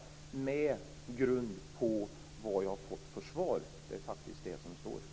Detta grundar jag på det svar jag har fått. Det står faktiskt i svaret.